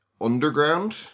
underground